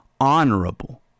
honorable